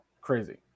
crazy